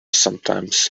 sometimes